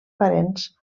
parents